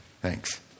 thanks